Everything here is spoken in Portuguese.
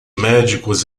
médicos